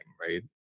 right